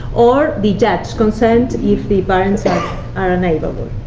or the judge consent, if the parents are unable.